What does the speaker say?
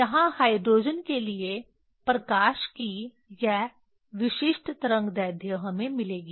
यहाँ हाइड्रोजन के लिए प्रकाश की यह विशिष्ट तरंगदैर्ध्य हमें मिलेगी